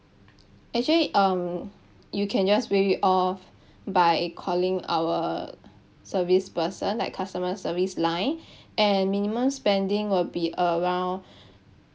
actually um you can just waive it off by calling our service person like customer service line and minimum spending will be around